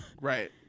Right